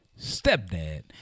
Stepdad